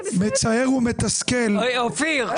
--- שומרים גם על --- מצער ומתסכל שאנשי